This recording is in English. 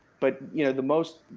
but you know, the most,